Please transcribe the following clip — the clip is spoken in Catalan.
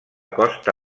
costa